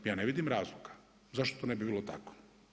Ja ne vidim razloga zašto to ne bi bilo tako.